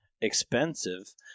expensive